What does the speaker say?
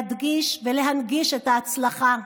להדגיש ולהנגיש את ההצלחה,